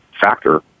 factor